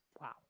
Wow